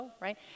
right